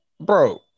Bro